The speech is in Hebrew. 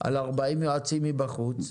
על 40 יועצים מבחוץ.